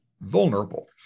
Vulnerable